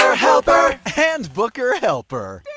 helper handbooker helper.